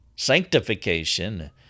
sanctification